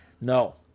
No